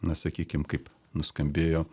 na sakykim kaip nuskambėjo